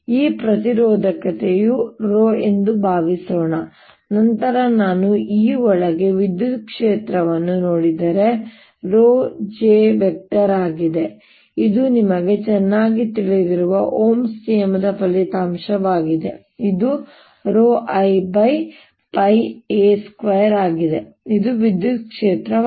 ಈ ಪ್ರತಿರೋಧಕತೆಯು ρ ಎಂದು ಭಾವಿಸೋಣ ನಂತರ ನಾನು E ಒಳಗೆ ವಿದ್ಯುತ್ ಕ್ಷೇತ್ರವನ್ನು ನೋಡಿದರೆρj ಆಗಿದೆ ಇದು ನಿಮಗೆ ಚೆನ್ನಾಗಿ ತಿಳಿದಿರುವ ಓಮ್ಸ್ohm's ನಿಯಮದ ಫಲಿತಾಂಶವಾಗಿದೆ ಇದು ρIa2 ಆಗಿದೆ ಇದು ವಿದ್ಯುತ್ ಕ್ಷೇತ್ರವಾಗಿದೆ